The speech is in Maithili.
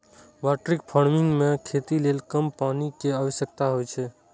वर्टिकल फार्मिंग मे खेती लेल कम पानि के आवश्यकता होइ छै